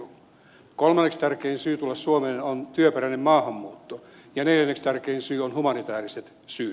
kolmanneksi tärkein syy tulla suomeen on työperäinen maahanmuutto ja neljänneksi tärkein syy on humanitääriset syyt